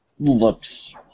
Looks